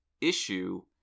issue